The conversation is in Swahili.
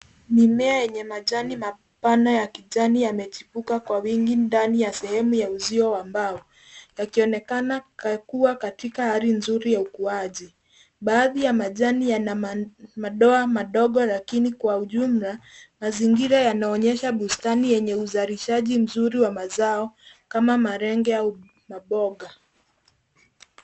Mimea yenye majani mapana ya kijani yamechipuka kwa wingi ndani ya sehemu ya uzio wa mbao yakionekana kuwa katika hali nzuri ya ukuaji. Baadhi ya majani yana madoa madogo lakini kwa ujumla mazingira yanaonyesha bustani yenye uzalishaji mzuri wa mazao kama malenge au mamboga.